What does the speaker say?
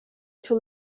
too